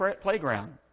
playground